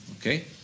okay